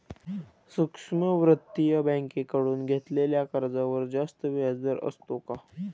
सूक्ष्म वित्तीय बँकेकडून घेतलेल्या कर्जावर जास्त व्याजदर असतो का?